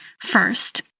First